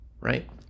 right